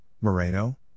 Moreno